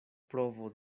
provo